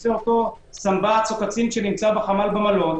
שעושה אותה סמב"צ או קצין שנמצא בחמ"ל במלון,